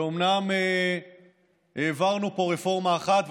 ואומנם העברנו פה רפורמה אחת,